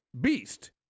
beast